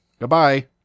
Goodbye